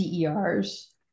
DERs